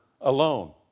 alone